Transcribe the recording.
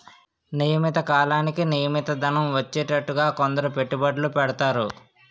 నియమిత కాలానికి నియమిత ధనం వచ్చేటట్టుగా కొందరు పెట్టుబడులు పెడతారు